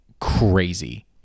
crazy